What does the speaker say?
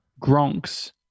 Gronks